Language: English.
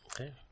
Okay